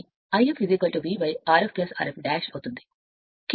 KVL ను వర్తింపజేస్తే Eb V Ia R ra ను పొందుతారు